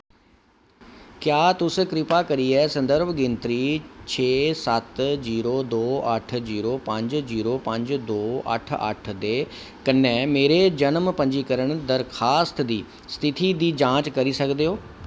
क्या तुस किरपा करियै संदर्भ गिनतरी छे सत्त जीरो दो अट्ठ जीरो पंज जीरो पंज दो अट्ठ अट्ठ दे कन्नै मेरे जन्म पंजीकरण दरखास्त दी स्थिति दी जांच करी सकदे ओ